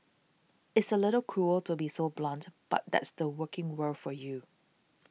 it's a little cruel to be so blunt but that's the working world for you